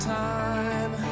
time